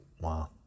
Wow